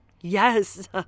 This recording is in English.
Yes